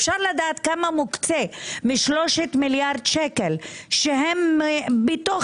אפשר לדעת כמה מוקצה מ-3 מיליארד שקל שהם בתוך